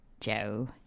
Joe